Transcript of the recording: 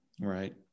Right